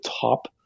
top